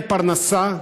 אין להן פרנסה.